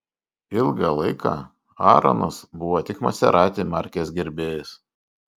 ilgą laiką aaronas buvo tik maserati markės gerbėjas